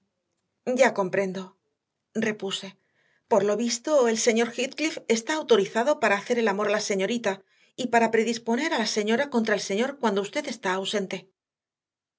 ya comprendo repuse por lo visto el señor heathcliff está autorizado para hacer el amor a la señorita y para predisponer a la señora contra el señor cuando usted está ausente